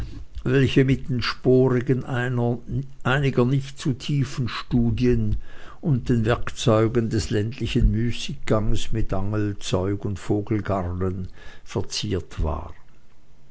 welche mit den spuren einiger nicht zu tiefen studien und den werkzeugen des ländlichen müßigganges mit angelzeug und vogelgarnen verziert war